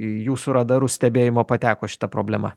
į jūsų radarus stebėjimo pateko šita problema